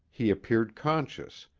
he appeared conscious,